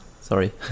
Sorry